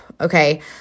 okay